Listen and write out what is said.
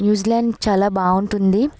new Zealand చాలా బాగుంటుంది